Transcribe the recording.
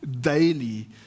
daily